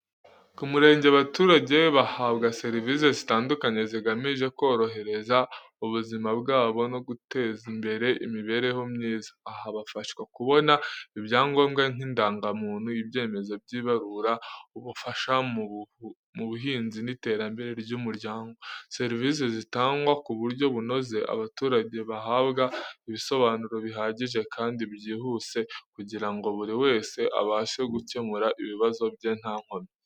Ku murenge, abaturage bahabwa serivisi zitandukanye zigamije korohereza ubuzima bwabo no guteza imbere imibereho myiza. Aha, bafashwa kubona ibyangombwa nk’indangamuntu, ibyemezo by’ibarura, ubufasha mu buhinzi n’iterambere ry’umuryango. Serivise zitangwa ku buryo bunoze, abaturage bagahabwa ibisobanuro bihagije kandi byihuse, kugira ngo buri wese abashe gukemura ibibazo bye nta nkomyi.